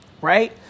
Right